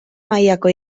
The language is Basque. mailako